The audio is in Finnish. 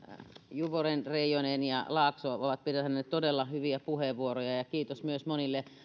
juvonen reijonen ja laakso ovat pitäneet todella hyviä puheenvuoroja ja kiitos myös monille